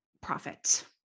profit